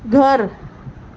گھر